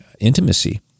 intimacy